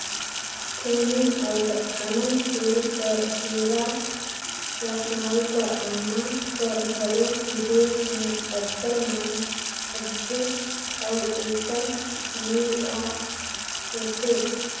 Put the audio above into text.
थेनी अउ अनंतपुर कर केरा, लखनऊ कर आमा कर घलो बिदेस में अब्बड़ मांग रहथे अउ एकर निरयात होथे